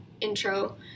intro